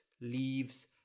leaves